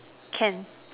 can